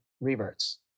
reverts